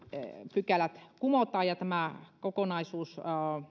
pykälät kumotaan ja tämä kokonaisuus